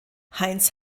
heinz